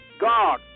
God